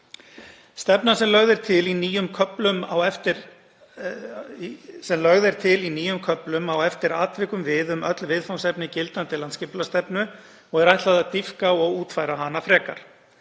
Stefnan sem lögð er til í nýjum köflum á eftir atvikum við um öll viðfangsefni gildandi landsskipulagsstefnu og er ætlað að dýpka og útfæra hana frekar.